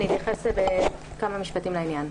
אני אתייחס בכמה משפטים לעניין.